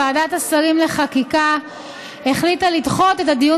ועדת השרים לחקיקה החליטה לדחות את הדיון